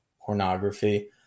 Pornography